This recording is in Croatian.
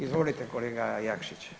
Izvolite kolega Jakšić.